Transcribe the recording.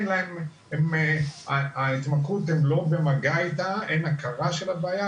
הם לא במגע עם ההתמכרות, אין הכרה של הבעיה.